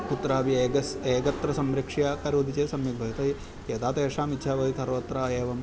कुत्रापि एकस्य एकत्र संरक्ष्य करोति चेत् सम्यक् भवति यदा तेषाम् इच्छा भवति सर्वत्र एवं